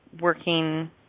working